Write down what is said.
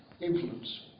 influence